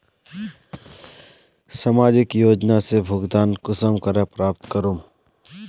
सामाजिक योजना से भुगतान कुंसम करे प्राप्त करूम?